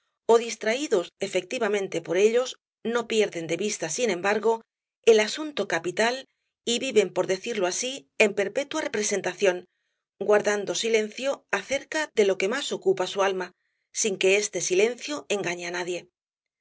ó distraídos efectivamente por ellos no pierden de vista sin embargo el asunto capital y viven por decirlo así en perpetua representación guardando silencio acerca de lo que más ocupa su alma sin que este silencio engañe á nadie